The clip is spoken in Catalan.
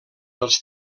els